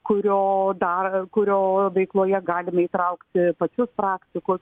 kurio dar kurio veikloje galime įtraukti pačius praktikus